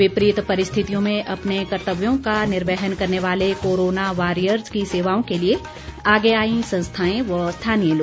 विपरीत परिस्थितियों में अपने कर्तव्यों का निर्वहन करने वाले कोरोना वॉरियर्स की सेवाओं के लिए आगे आई संस्थाएं व स्थानीय लोग